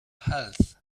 health